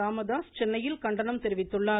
ராமதாஸ் சென்னையில் கண்டனம் தெரிவித்துள்ளார்